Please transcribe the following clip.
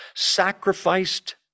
sacrificed